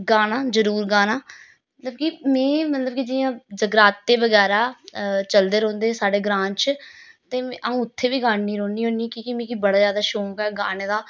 गाना जरूर गाना मतलब कि मि मतलब कि जियां जगराते बगैरा चलदे रौंह्दे साढ़े ग्रांऽ च ते अ'ऊं उत्थें बी गांदी रौह्नी होन्नीं कि के मि बड़ा शौंक ऐ गाने दा